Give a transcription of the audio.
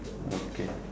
okay